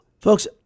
Folks